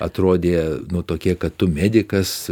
atrodė nu tokia kad tu medikas